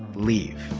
leave